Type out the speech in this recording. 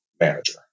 manager